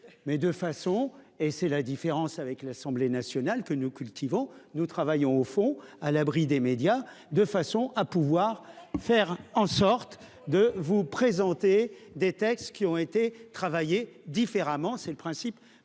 mais de façon et c'est la différence avec l'Assemblée nationale que nous cultivons nous travaillons au fond à l'abri des médias de façon à pouvoir faire en sorte de vous présenter des textes qui ont été travailler différemment, c'est le principe